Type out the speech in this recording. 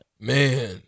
Man